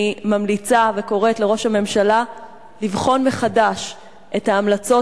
אני ממליצה וקוראת לראש הממשלה לבחון מחדש את ההמלצות